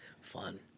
Fun